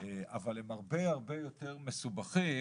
אבל הם הרבה הרבה יותר מסובכים,